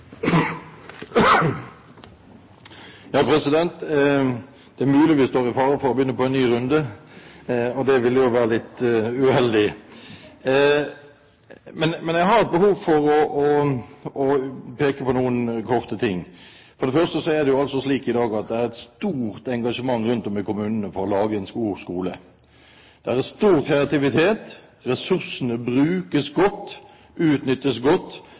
å begynne på en ny runde, og det ville jo være litt uheldig. Men jeg har behov for kort å peke på et par ting. For det første er det altså slik i dag at det er stort engasjement rundt om i kommunene for å lage en god skole. Det er stor kreativitet. Ressursene brukes godt, de utnyttes godt,